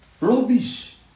Rubbish